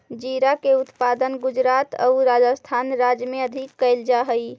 जीरा के उत्पादन गुजरात आउ राजस्थान राज्य में अधिक कैल जा हइ